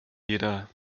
jeder